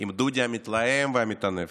עם דודי המתלהם והמטנף.